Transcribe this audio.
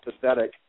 pathetic